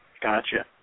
Gotcha